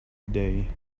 day